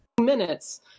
minutes